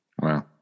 Wow